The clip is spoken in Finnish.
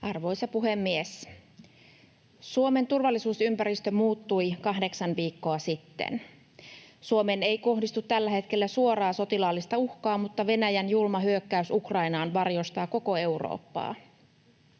Arvoisa puhemies! Suomen turvallisuusympäristö muuttui kahdeksan viikkoa sitten. Suomeen ei kohdistu tällä hetkellä suoraa sotilaallista uhkaa, mutta Venäjän julma hyökkäys Ukrainaan varjostaa koko Eurooppaa.